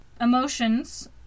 emotions